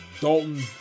Dalton